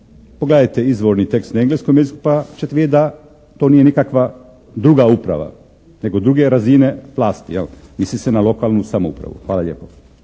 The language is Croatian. Pogledajte izvorni tekst na engleskom jeziku pa ćete vidjeti da to nije nikakva druga uprava, nego druge razine vlasti jel'. Misli se na lokalnu samoupravu. Hvala lijepo.